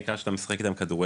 העיקר שאתה משחק איתם כדורגל,